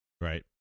Right